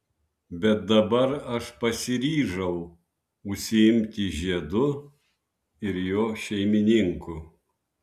bet dabar aš pasiryžau užsiimti žiedu ir jo šeimininku